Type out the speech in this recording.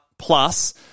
Plus